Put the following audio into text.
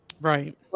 Right